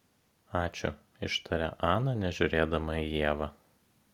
ačiū ištarė ana nežiūrėdama į ievą